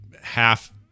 half